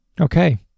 Okay